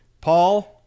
Paul